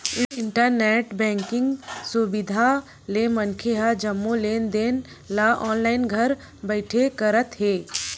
internet banking सुबिधा ले मनखे ह जम्मो लेन देन ल ऑनलाईन घर बइठे करत हे